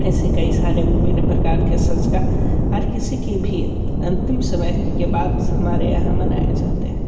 ऐसे कई सारे विभिन्न प्रकार के संस्कार किसी के भी अंतिम समय के बाद हमारे यहाँ मनाए जाते हैं